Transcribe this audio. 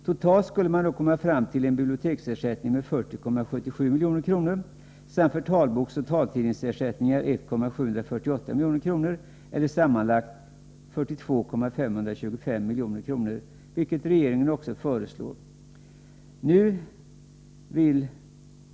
Totalt skulle man då komma fram till en biblioteksersättning om 40,777 milj.kr. samt till en talboksoch taltidningsersättning om 1,748 milj.kr. eller sammanlagt 42,525 milj.kr., vilket regeringen också föreslår.